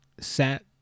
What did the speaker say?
Sat